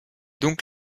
donc